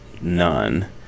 none